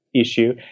issue